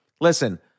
listen